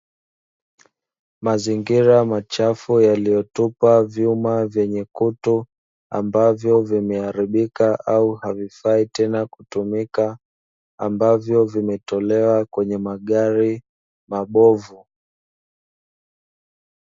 Mazingira machafu yaliyotupa vyuma vyenye kutu, ambavyo vimeharibika au havifai tena kutumika ambavyo vimetolewa kwenye magari mabovu.